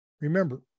Remember